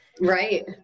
Right